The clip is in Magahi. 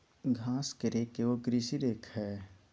घास के रेक एगो कृषि रेक हइ